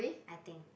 I think